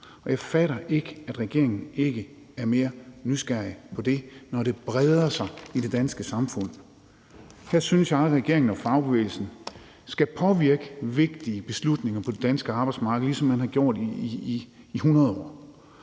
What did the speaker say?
Jeg fatter ikke, at regeringen ikke er mere nysgerrig på det, når det breder sig i det danske samfund. Her synes jeg, at regeringen og fagbevægelsen skal påvirke vigtige beslutninger på det danske arbejdsmarked, ligesom man har gjort i 100 år,